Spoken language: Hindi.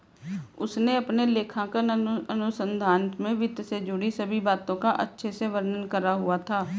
उसने अपने लेखांकन अनुसंधान में वित्त से जुड़ी सभी बातों का अच्छे से वर्णन करा हुआ था